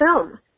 film